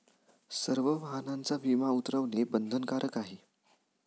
सर्व वाहनांचा विमा उतरवणे बंधनकारक आहे